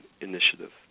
initiative